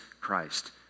Christ